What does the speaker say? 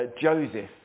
Joseph